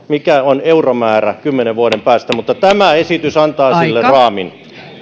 mikä on euromäärä kymmenen vuoden päästä mutta tämä esitys antaa sille raamin